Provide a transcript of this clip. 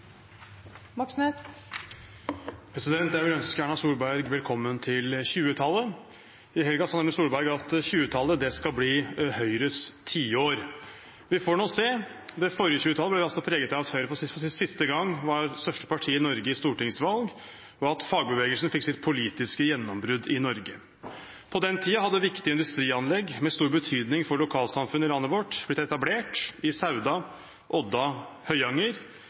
Jeg vil ønske Erna Solberg velkommen til 20-tallet. I helgen sa nemlig Erna Solberg at 20-tallet skal bli Høyres tiår. Vi får nå se. Det forrige 20-tallet ble preget av at Høyre for siste gang var største parti i Norge ved stortingsvalg, og at fagbevegelsen fikk sitt politiske gjennombrudd i Norge. På den tiden hadde viktige industrianlegg med stor betydning for lokalsamfunn i landet vårt blitt etablert – i Sauda, Odda, Høyanger.